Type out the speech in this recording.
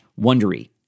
wondery